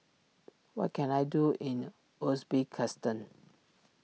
what can I do in Uzbekistan